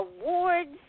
awards